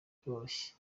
biroroshye